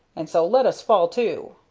and so let us fall to.